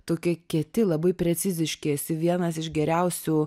tokie kieti labai preciziški esi vienas iš geriausių